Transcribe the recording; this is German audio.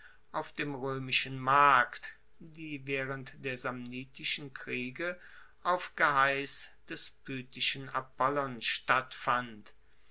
auf dem roemischen markt die waehrend der samnitischen kriege auf geheiss des pythischen apollon stattfand